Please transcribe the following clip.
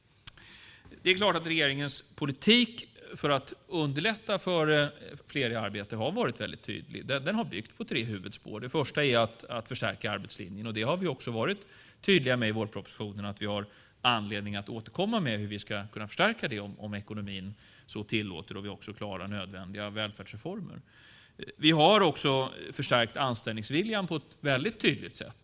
Det är klart att regeringens politik för att underlätta för fler i arbete har varit väldigt tydlig. Den har byggt på tre huvudspår. Det första är att förstärka arbetslinjen. Vi har också varit tydliga i vårpropositionen med att vi har anledning att återkomma med hur vi ska kunna förstärka den om ekonomin så tillåter och vi också klarar nödvändiga välfärdsreformer. Vi har också förstärkt anställningsviljan på ett väldigt tydligt sätt.